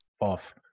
off